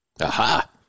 Aha